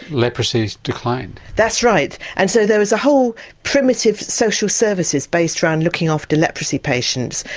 leprosy declined? that's right and so there was a whole primitive social services based around looking after leprosy patients.